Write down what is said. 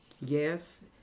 Yes